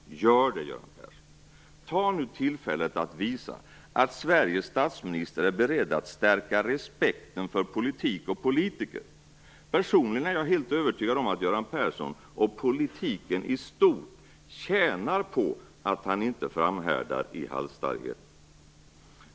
Gör det, Göran Persson! Ta nu tillfället i akt och visa att Sveriges statsminister är beredd att stärka respekten för politik och politiker! Personligen är jag helt övertygad om att Göran Persson och politiken i stort tjänar på att Göran Persson inte framhärdar i halsstarrighet.